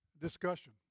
Discussion